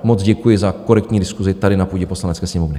Moc děkuji za korektní diskusi tady na půdě Poslanecké sněmovny.